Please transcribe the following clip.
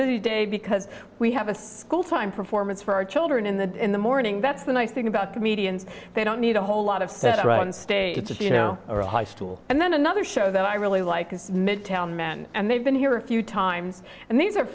busy day because we have a school time performance for our children in the in the morning that's the nice thing about comedians they don't need a whole lot of cetera in states of you know or high school and then another show that i really like is midtown men and they've been here a few times and these are